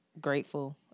grateful